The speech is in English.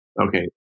Okay